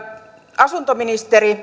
asuntoministeri